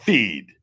Feed